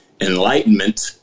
Enlightenment